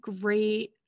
great